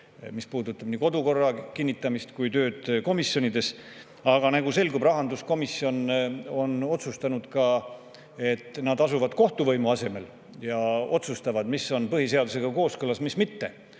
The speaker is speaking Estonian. see puudutab ka nii kodukorra kinnitamist kui ka tööd komisjonides, aga nagu selgub, rahanduskomisjon on otsustanud, et nad asuvad kohtuvõimu asemele ja otsustavad, mis on põhiseadusega kooskõlas ja mis mitte.